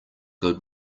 good